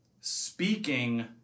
speaking